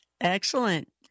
Excellent